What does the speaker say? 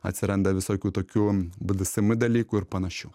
atsiranda visokių tokių bdsm dalykų ir panašių